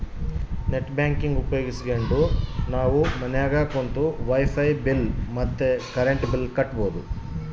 net banking ಉಪಯೋಗಿಸ್ಕೆಂಡು ನಾವು ಮನ್ಯಾಗ ಕುಂತು ವೈಫೈ ಬಿಲ್ ಮತ್ತೆ ಕರೆಂಟ್ ಬಿಲ್ ಕಟ್ಬೋದು